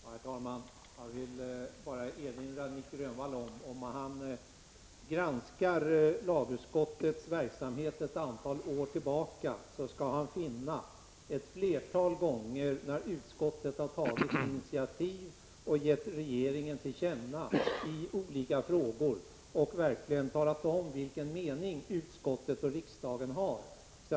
Herr talman! Jag vill bara erinra Nic Grönvall om en sak. Om Nic Grönvall granskar lagutskottets verksamhet ett antal år tillbaka skall han finna att utskottet ett flertal gånger har tagit initiativ som har lett till att riksdagen har gett regeringen till känna vilken mening riksdagen och utskottet har i olika frågor.